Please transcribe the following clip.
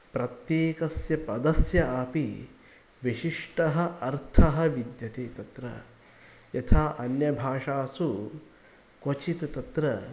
प्रत्येकस्य पदस्य अपि विशिष्टः अर्थः विद्यते तत्र यथा अन्यभाषासु क्वचित् तत्र